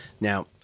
Now